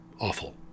Awful